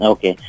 Okay